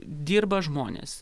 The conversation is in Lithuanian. dirba žmonės